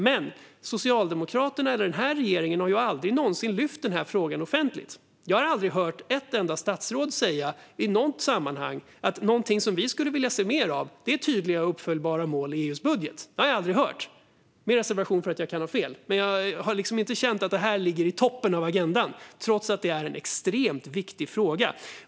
Men Socialdemokraterna eller den här regeringen har ju aldrig någonsin lyft fram frågan offentligt. Jag har aldrig hört ett enda statsråd säga, i något sammanhang, att någonting vi skulle vilja se mer av är tydliga och uppföljbara mål i EU:s budget. Det har jag aldrig hört, med reservation för att jag kan ha fel. Jag har inte riktigt känt att detta ligger i toppen av agendan, trots att det är en extremt viktig fråga.